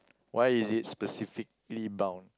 why is it specifically bound